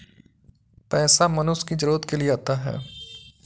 पैसा मनुष्य की जरूरत के लिए आता है